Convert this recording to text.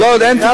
אין, אין טיפול.